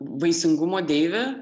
vaisingumo deivė